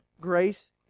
grace